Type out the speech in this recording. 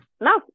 No